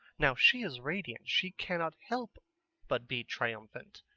now she is radiant, she cannot help but be triumphant,